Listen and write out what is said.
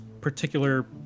particular